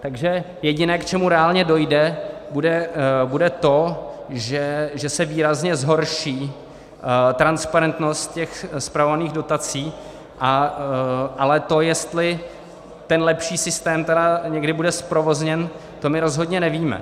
Takže jediné, k čemu reálně dojde, bude to, že se výrazně zhorší transparentnost těch spravovaných dotací, ale to, jestli ten lepší systém tedy někdy bude zprovozněn, to my rozhodně nevíme.